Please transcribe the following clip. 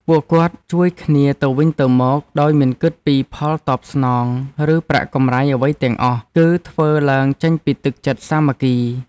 ពួកគាត់ជួយគ្នាទៅវិញទៅមកដោយមិនគិតពីផលតបស្នង ឬប្រាក់កម្រៃអ្វីទាំងអស់ គឺធ្វើឡើងចេញពីទឹកចិត្តសាមគ្គី។